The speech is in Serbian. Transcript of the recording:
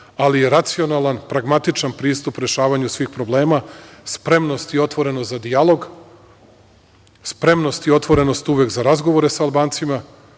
ali je racionalan, pragmatičan pristup rešavanju svih problema, spremnost i otvorenost za dijalog, spremnost i otvorenost uvek za razgovore sa Albancima,